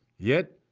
yet,